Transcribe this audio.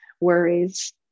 worries